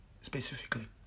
specifically